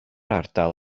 ardal